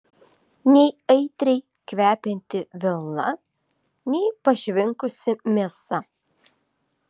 nei aitriai kvepianti vilna nei pašvinkusi mėsa